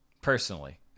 Personally